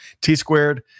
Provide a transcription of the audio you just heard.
T-squared